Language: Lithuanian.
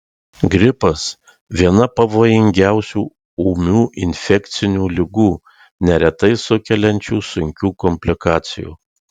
gripas viena pavojingiausių ūmių infekcinių ligų neretai sukeliančių sunkių komplikacijų